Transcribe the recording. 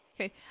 Okay